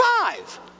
five